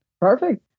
Perfect